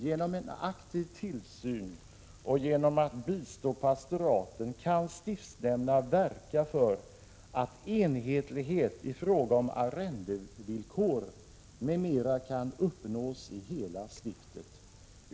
Genom en aktiv tillsyn och genom att bistå pastoraten kan stiftsnämnderna verka för att enhetlighet i fråga om arrendevillkor m.m. kan uppnås i hela stiftet.